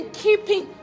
keeping